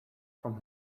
from